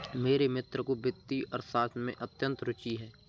मेरे मित्र को वित्तीय अर्थशास्त्र में अत्यंत रूचि है